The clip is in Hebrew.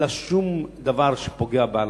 אין בה שום דבר שפוגע בהלכה.